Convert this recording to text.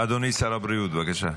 אדוני שר הבריאות, בבקשה.